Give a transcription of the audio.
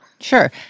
sure